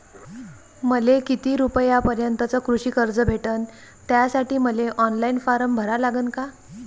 मले किती रूपयापर्यंतचं कृषी कर्ज भेटन, त्यासाठी मले ऑनलाईन फारम भरा लागन का?